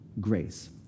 grace